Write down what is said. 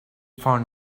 found